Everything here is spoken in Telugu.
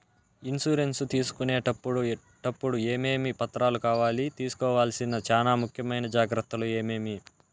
ఇన్సూరెన్సు తీసుకునేటప్పుడు టప్పుడు ఏమేమి పత్రాలు కావాలి? తీసుకోవాల్సిన చానా ముఖ్యమైన జాగ్రత్తలు ఏమేమి?